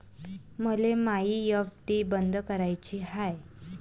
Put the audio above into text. मले मायी एफ.डी बंद कराची हाय